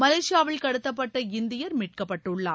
மலேசியாவில் கடத்தப்பட்ட இந்தியர் மீட்கப்பட்டுள்ளார்